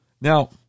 Now